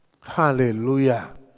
Hallelujah